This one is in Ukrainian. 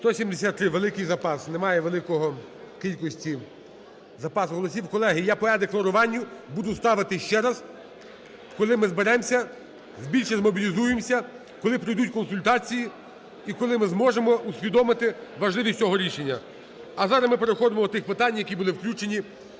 За-174 Великий запас. Немає великої кількості запасу голосів. Колеги, я по е-декларуванню буду ставити ще раз, коли ми зберемося, більше змобілізуємося, коли пройдуть консультації і коли ми зможемо усвідомити важливість цього рішення. А зараз ми переходимо до тих питань, які були включені